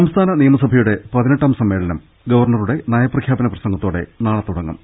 സംസ്ഥാന നിയമസഭയുടെ പതിനെട്ടാം സമ്മേളനം ഗവർണറുടെ നയ പ്രഖ്യാപന പ്രസംഗത്തോടെ നാളെ തുടങ്ങും